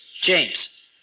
James